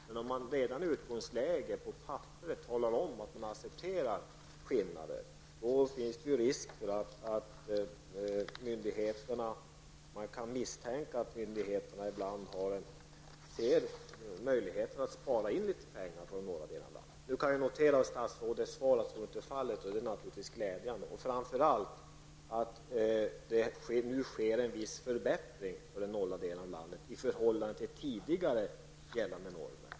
Men om man redan i utgångsläget, på papperet, talar om att man accepterar skillnader, kan det misstänkas att myndigheterna ibland ser möjligheter att spara in litet pengar i de norra delarna av landet. Jag kan notera i statsrådets svar att så inte är fallet, och det är naturligtvis glädjande, framför allt är det glädjande att det nu sker vissa förbättringar för den norra delen av landet i förhållande till tidigare gällande normer.